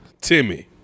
Timmy